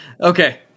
Okay